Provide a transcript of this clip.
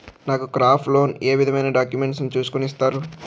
నాకు crop loan ఏ విధమైన డాక్యుమెంట్స్ ను చూస్కుని ఇస్తారు?